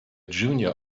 junior